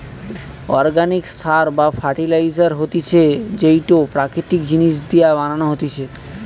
organic সার বা fertiliser হতিছে যেইটো প্রাকৃতিক জিনিস দিয়া বানানো হতিছে